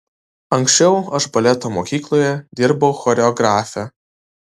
anksčiau aš baleto mokykloje dirbau choreografe